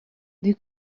you